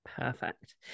Perfect